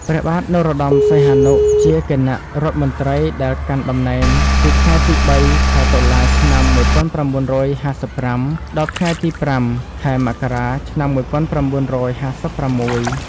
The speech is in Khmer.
ព្រះបាទនរោត្តម សីហនុជាគណៈរដ្ឋមន្ត្រីដែលកាន់តំណែងពីថ្ងៃទី ៣ ខែតុលា ឆ្នាំ១៩៥៥ ដល់ ថ្ងៃទី៥ ខែមករា ឆ្នាំ១៩៥៦។